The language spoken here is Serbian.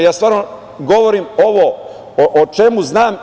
Stvarno govorim ono o čemu znam.